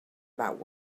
about